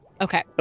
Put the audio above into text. Okay